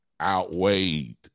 outweighed